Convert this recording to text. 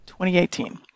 2018